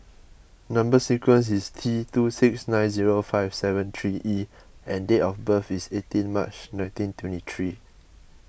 Number Sequence is T two six nine zero five seven three E and date of birth is eighteen March nineteen twenty three